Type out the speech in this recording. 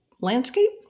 landscape